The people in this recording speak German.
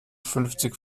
fünfzig